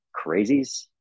crazies